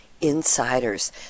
Insiders